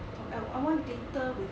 oh I want glitter with